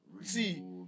See